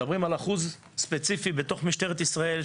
אנחנו מדברים על אחוז ספציפי בתוך משטרת ישראל,